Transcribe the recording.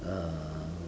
uh